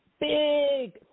Big